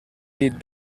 did